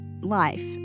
life